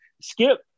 Skip